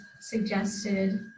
suggested